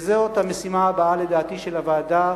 זאת המשימה הבאה, לדעתי, של הוועדה